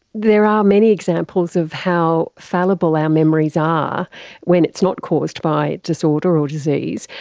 there are many examples of how fallible our memories are when it's not caused by disorder or disease.